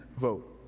vote